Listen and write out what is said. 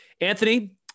Anthony